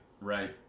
right